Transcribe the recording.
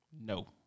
No